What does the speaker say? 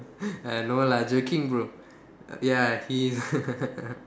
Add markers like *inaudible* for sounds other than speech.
*breath* uh no lah joking bro err ya he *laughs*